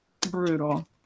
brutal